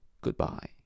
Goodbye